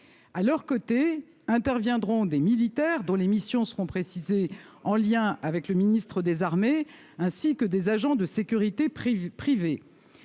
À leurs côtés, interviendront des militaires dont les missions seront précisées en lien avec le ministre des armées, ainsi que des agents de sécurité privés.